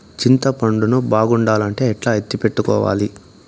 చింతపండు ను బాగుండాలంటే ఎట్లా ఎత్తిపెట్టుకోవాలి?